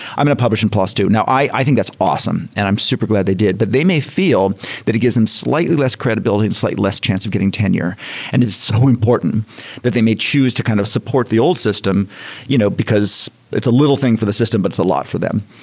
i'm going to publish in plos two. now, i think that's awesome and i'm super glad they did, but they may feel that it gives them slightly less credibility and slightly less chance of getting tenure and it is so important that they may choose to kind of support the old system you know because it's a little thing for the system, but it's a lot for them.